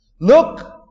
Look